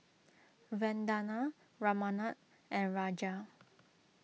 Vandana Ramanand and Raja